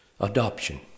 adoption